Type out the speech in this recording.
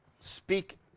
speak